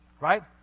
right